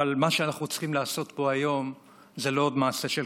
אבל מה שאנחנו צריכים לעשות פה היום זה לא מעשה של חקיקה.